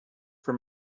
for